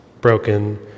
broken